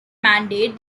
mandate